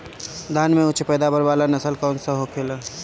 धान में उच्च पैदावार वाला नस्ल कौन सा होखेला?